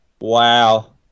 Wow